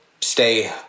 stay